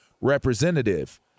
representative